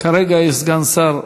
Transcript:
כרגע יש סגן שר,